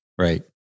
Right